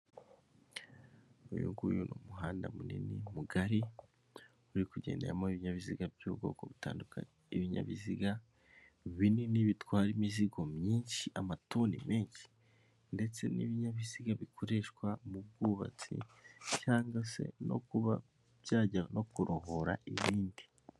Uyu nguyu ni umuhanda munini mugari, uri kugenderamo ibinyabiziga by'ubwoko butandukanye. Ibinyabiziga binini bitwara imizigo myinshi, amatoni menshi. Ndetse n'ibinyabiziga bikoreshwa mu bwubatsi, cyangwa se no kuba byajya no kurohora ibindi.